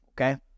okay